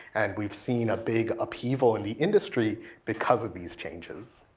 and we've seen a big upheaval in the industry because of these changes.